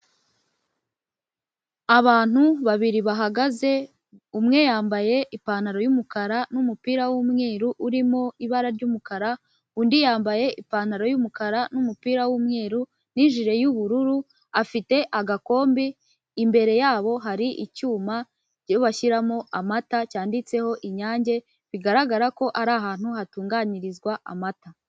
Abantu babiri bahagaze umwe yambaye ipantaro y'umukara n'umupira w'umweru urimo ibara ry'umukara, undi yambaye ipantaro y'umukara n'umupira w'umweru n'ijiri y'ubururu afite agakombe, imbere yabo hari icyuma cyo bashyiramo amata cyanditseho inyange bigaragara ko ari ahantu hatunganyirizwa amata.